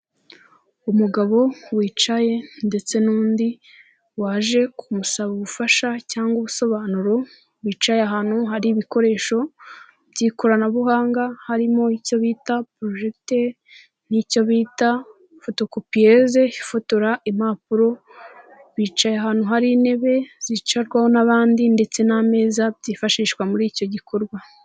Umugabo wicaye ndetse n'undi waje kumusaba ubufasha cyangwa ubusobanuro, bicaye ahantu hari ibikoresho by'ikoranabuhanga harimo icyo bita porojegiteri n'icyo bita fotokupiyeze ifotora impapuro, bicaye ahantu hari intebe zicarwaho n'abandi ndetse n'ameza byifashishwa muri icyo gikorwa.